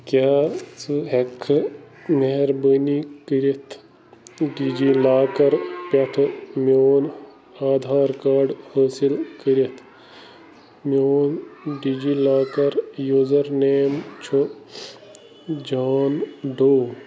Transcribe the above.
کیٛاہ ژٕ ہیٚکہِ کھا مہربٲنی کٔرِتھ ڈی جی لاکر پٮ۪ٹھ میٛون آدھار کارڈ حٲصِل کٔرِتھ میٛون D G locker user name چھُ جان دو